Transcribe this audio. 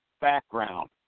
background